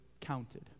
counted